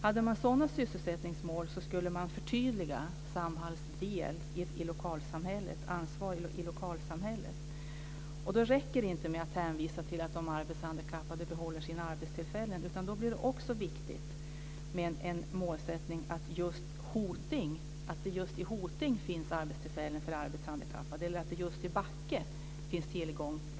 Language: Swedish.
Hade man sådana sysselsättningsmål så skulle man förtydliga Samhalls del i och ansvar för lokalsamhället. Då räcker det inte med att hänvisa till att de arbetshandikappade behåller sina arbetstillfällen, utan då blir det också viktigt med en målsättning att det just i Hoting eller just i